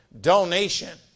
donation